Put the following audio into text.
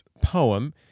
poem